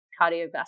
cardiovascular